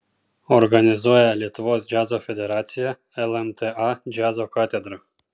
organizuoja lietuvos džiazo federacija lmta džiazo katedra